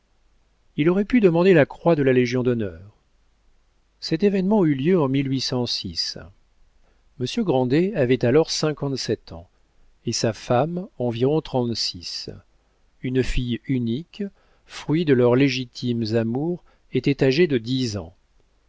il aurait pu demander la croix de la légion-d'honneur cet événement eut lieu en m r avait alors cinquante-sept ans et sa femme environ trente-six une fille unique fruit de leurs légitimes amours était âgée de dix ans